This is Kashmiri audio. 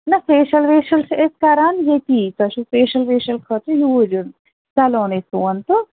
نہَ فیشَل ویشَل چھِ أسۍ کَران ییٚتی تۄہہِ چھُو فیشَل ویشَل خٲطرٕ یوٗرۍ یُن سَلونٕے سون تہٕ